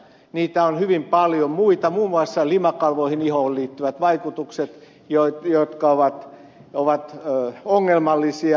niitä on hyvin paljon muita muun muassa limakalvoihin ja ihoon liittyvät vaikutukset jotka ovat ongelmallisia